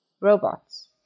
robots